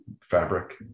fabric